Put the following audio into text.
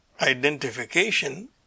identification